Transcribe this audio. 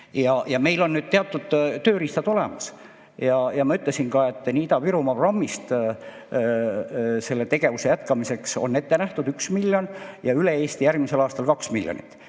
Meil on nüüd teatud tööriistad olemas. Ma ütlesin ka, et nii Ida-Virumaa programmist selle tegevuse jätkamiseks on ette nähtud 1 miljon ja üle Eesti järgmisel aastal 2 miljonit.